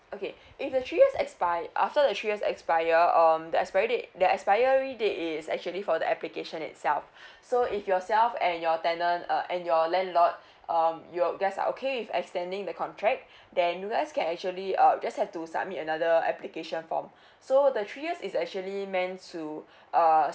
okay if the three years expi~ after the three years expire um the expiry date the expiry date is actually for the application itself so if yourself and your tenant uh and your landlord um you guys are okay with extending the contract then you guys can actually uh just have to submit another application form so the three years is actually meant to err